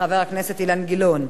חבר הכנסת אילן גילאון.